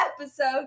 episode